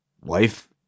wife